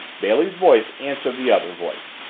bailey's voice answered the other voice,